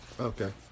okay